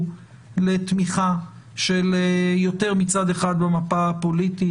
לתמיכה של יותר מצד אחד במפה הפוליטית.